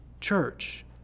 church